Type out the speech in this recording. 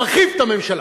מרחיב את הממשלה.